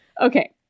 okay